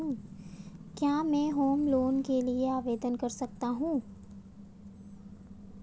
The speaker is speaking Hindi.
क्या मैं होम लोंन के लिए आवेदन कर सकता हूं?